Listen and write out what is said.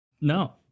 no